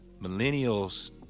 Millennials